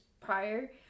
Prior